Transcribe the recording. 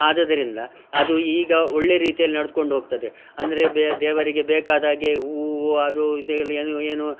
ಆದುದರಿಂದ ಅದು ಈಗ ಒಳ್ಳೆ ರೀತಿಯಲ್ಲಿ ನಡೆದ್ಕೊಂಡು ಹೋಗ್ತದೆ ಅಂದರೆ ದೇವರಿಗೆ ಬೇಕಾದಾಗೆ ಹೂ ಅದು ಇದು ಎಲ್ಲ ಏನು ಏನು